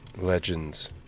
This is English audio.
legends